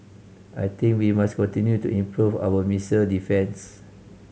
I think we must continue to improve our missile defence